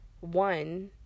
One